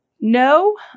No